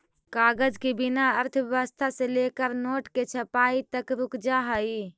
कागज के बिना अर्थव्यवस्था से लेकर नोट के छपाई तक रुक जा हई